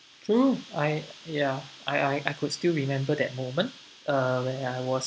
true I ya I I I could still remember that moment uh when I was